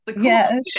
Yes